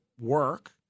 work